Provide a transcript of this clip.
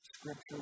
scripture